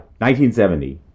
1970